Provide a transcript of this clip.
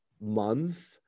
month